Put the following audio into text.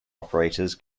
operators